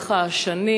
לאורך השנים,